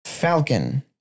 Falcon